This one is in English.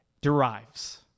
derives